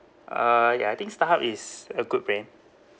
uh ya I think starhub is a good brand